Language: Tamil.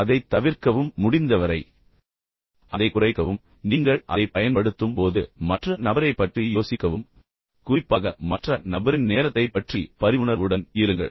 எனவே அதைத் தவிர்க்கவும் முடிந்தவரை அதைக் குறைக்கவும் நீங்கள் அதைப் பயன்படுத்தும் போது மற்ற நபரைப் பற்றி யோசிக்கவும் குறிப்பாக மற்ற நபரின் நேரத்தைப் பற்றி பரிவுணர்வுடன் இருங்கள்